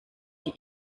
die